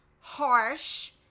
harsh